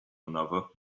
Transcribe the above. another